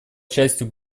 частью